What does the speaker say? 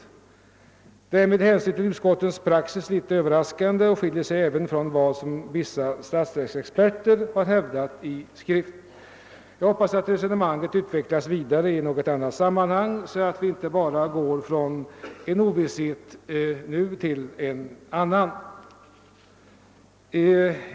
Detta är med hänsyn till utskottens praxis något överraskande och avviker även från vad vissa statsrättsexperter har hävdat i olika skrifter. Jag hoppas att resonemanget kommer att utvecklas vidare i något annat sammanhang, så att vi nu inte bara kommer att gå från en ovisshet till en annan.